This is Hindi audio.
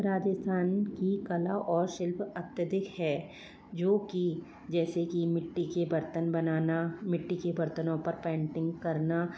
राजस्थान की कला और शिल्प अत्याधिक है जो कि जैसे कि मिट्टी के बर्तन बनाना मिट्टी के बर्तनों पर पैंटिंग करना